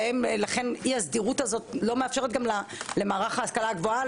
לכן אי הסדירות הזו לא מאפשרת גם למערך ההשכלה הגבוהה